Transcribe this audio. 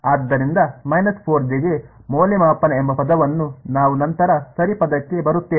ಆದ್ದರಿಂದ ಗೆ ಮೌಲ್ಯಮಾಪನ ಎಂಬ ಪದವನ್ನು ನಾವು ನಂತರ ಸರಿ ಪದಕ್ಕೆ ಬರುತ್ತೇವೆ